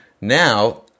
Now